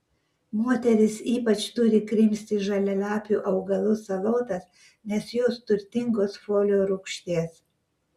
moterys ypač turi krimsti žalialapių augalų salotas nes jos turtingos folio rūgšties